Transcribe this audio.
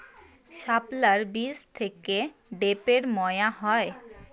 শাপলার বীজ থেকে ঢ্যাপের মোয়া হয়?